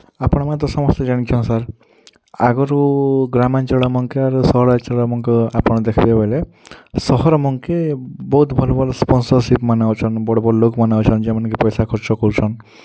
ଆପଣମାନେ ତ ସମସ୍ତେ ଜାଣିଛନ୍ତି ସାର୍ ଆଗରୁ ଗ୍ରାମାଞ୍ଚଳମାନଙ୍କେ ସହରାଞ୍ଚଳମାନଙ୍କ ଆପଣ ଦେଖିବେ ବୋଲେ ସହରମାନଙ୍କେ ବହୁତ ଭଲ୍ ଭଲ୍ ସ୍ପନସରସିପ୍ମାନେ ଅଛନ୍ତି ବଡ଼ ବଡ଼ ଲୋକମାନ ଅଛନ୍ ଯେଉଁମାନେ କି ପଇସା ଖର୍ଚ୍ଚ କରୁଛନ୍